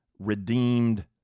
redeemed